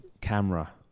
camera